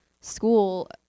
school